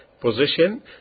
position